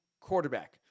quarterback